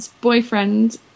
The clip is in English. boyfriend